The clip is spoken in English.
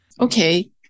okay